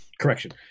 Correction